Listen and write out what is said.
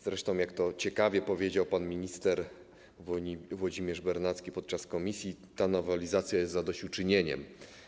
Zresztą, jak to ciekawie powiedział pan minister Włodzimierz Bernacki podczas posiedzenia komisji, ta nowelizacja jest zadośćuczynieniem.